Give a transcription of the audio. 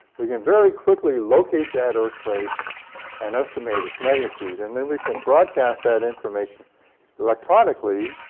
we can very quickly locate that earthquake and estimate its magnitude. and then we can broadcast that information electronically